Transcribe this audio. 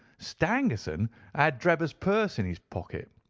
stangerson had drebber's purse in his pocket,